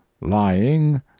lying